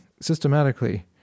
systematically